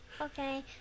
okay